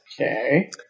Okay